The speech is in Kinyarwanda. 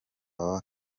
baba